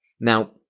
Now